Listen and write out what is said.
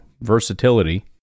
versatility